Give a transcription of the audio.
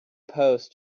post